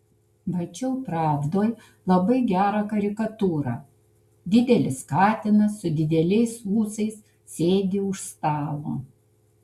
mačiau pravdoj labai gerą karikatūrą didelis katinas su dideliais ūsais sėdi už stalo